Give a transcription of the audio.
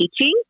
teaching